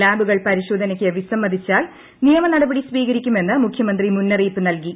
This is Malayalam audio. ലാബുകൾ പരിശോധനയ്ക്ക് വിസ്റ്മ്മതിച്ചാൽ നിയമനടപടി സ്വീകരിക്കുമെന്ന് മുഖ്യമന്ത്രി മുന്നറിയിപ്പ് നൽകി